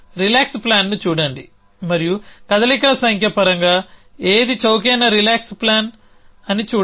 relax ప్లాన్ని చూడండి మరియు కదలికల సంఖ్య పరంగా ఏది చౌకైన రిలాక్స్ ప్లాన్ అని చూడండి